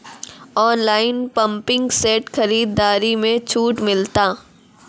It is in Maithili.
ऑनलाइन पंपिंग सेट खरीदारी मे छूट मिलता?